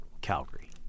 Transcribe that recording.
Calgary